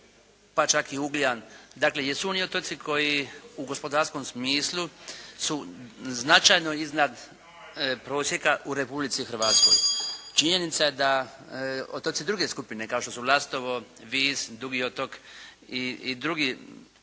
pa čak i Ugljan dakle jesu oni otoci koji u gospodarskom smislu su značajno iznad prosjeka u Republici Hrvatskoj. Činjenica je da otoci druge skupine kao što su Lastovo, Vis, Dugi otok i drugi